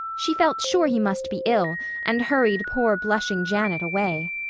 she felt sure he must be ill and hurried poor blushing janet away.